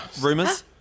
Rumors